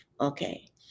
Okay